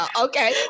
okay